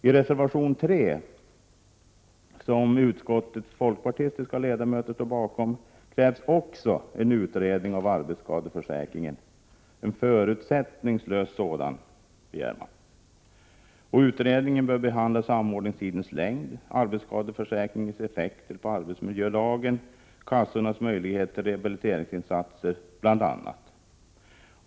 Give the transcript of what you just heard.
I reservation 3 som utskottets folkpartistiska ledamöter står bakom krävs också en utredning av arbetsskadeförsäkringen — en förutsättningslös sådan. Utredningen bör behandla bl.a. samordningstidens längd, arbetsskadeförsäkringens effekter på arbetsmiljölagen och kassornas möjligheter till rehabiliteringsinsatser.